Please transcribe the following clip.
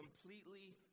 completely